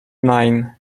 nine